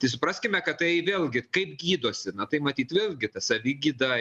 tai supraskime kad tai vėlgi kaip gydosi na tai matyt vėlgi ta savigyda